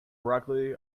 broccoli